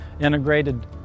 integrated